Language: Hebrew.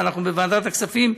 ואנחנו בוועדת הכספים,